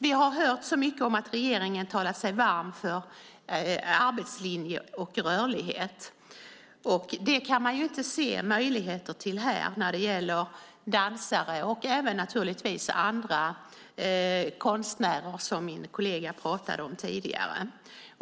Vi har ofta hört regeringen tala sig varm för arbetslinje och rörlighet. Det kan man inte se möjligheter till när det gäller dansare och även naturligtvis andra konstnärer som min kollega pratade om tidigare.